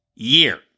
year